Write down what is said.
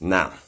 Now